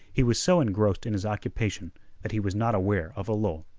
he was so engrossed in his occupation that he was not aware of a lull.